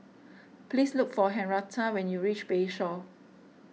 please look for Henretta when you reach Bayshore